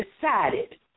decided